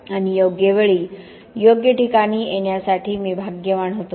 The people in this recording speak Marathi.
आणि योग्य वेळी योग्य ठिकाणी येण्यासाठी मी भाग्यवान होतो